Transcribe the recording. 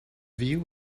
view